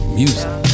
music